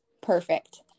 perfect